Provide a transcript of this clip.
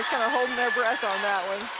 holding their breath on that one.